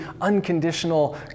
unconditional